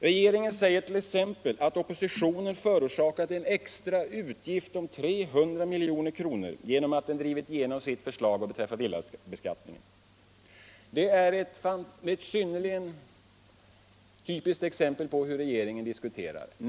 Regeringen säger t.ex. att oppositionen förorsakat en extra utgift på 300 milj.kr. genom att den drivit igenom sitt förslag vad beträffar villabeskattningen. Det är ett synnerligen typiskt exempel på hur regeringen diskuterar.